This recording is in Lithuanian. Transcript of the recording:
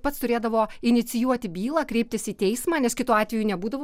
pats turėdavo inicijuoti bylą kreiptis į teismą nes kitu atveju nebūdavo